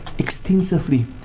Extensively